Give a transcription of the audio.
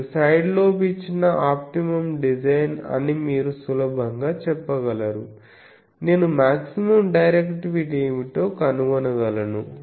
మీరు side lobe ఇచ్చిన optimum design అని మీరు సులభంగా చెప్పగలరు నేను మాక్సిమం డైరెక్టివిటీ ఏమిటో కనుగొనగలను